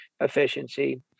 efficiency